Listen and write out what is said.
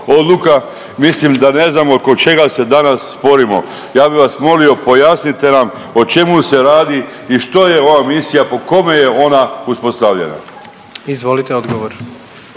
odluka, mislim da ne znam oko čega se danas sporimo. Ja bi vas molio, pojasnite nam o čemu se radi i što je ova misija, po kome je ona uspostavljena? **Jandroković,